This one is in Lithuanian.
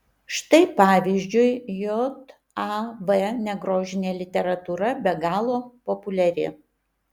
štai pavyzdžiui jav negrožinė literatūra be galo populiari